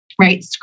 right